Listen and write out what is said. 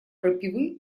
крапивы